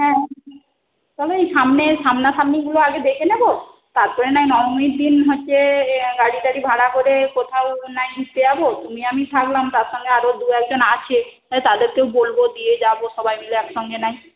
হ্যাঁ তাহলে ওই সামনে সামনাসামনিগুলো আগে দেখে নেব তারপরে নাহয় নবমীর দিন হচ্ছে এ গাড়ি টাড়ি ভাড়া করে কোথাও নাহয় ঘুরতে যাবো তুমি আমি থাকলাম তার সঙ্গে আরো দু একজন আছে হ্যাঁ তাদেরকে বলবো দিয়ে যাবো সবাই মিলে একসঙ্গে নাহয়